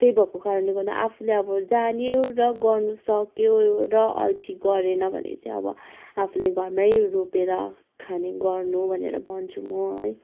त्यही भएको कारणले गर्दा आफूले अब जान्यो र गर्नुसक्यो र अल्छी गरेन भने चाहिँ अब आफूले घरमै रोपेर खाने गर्नु भनेर भन्छु म है